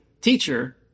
teacher